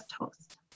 host